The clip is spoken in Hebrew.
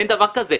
אין דבר כזה.